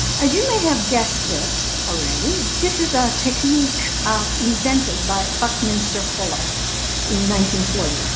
as you may have guessed it already, this is a technique invented by buckminster fuller in nineteen forty